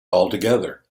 altogether